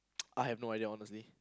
I have no idea honestly